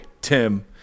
Tim